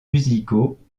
musicaux